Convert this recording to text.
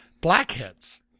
blackheads